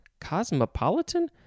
Cosmopolitan